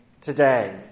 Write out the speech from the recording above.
today